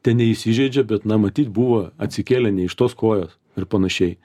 teneįsižeidžia bet na matyt buvo atsikėlę ne iš tos kojos ir panašiai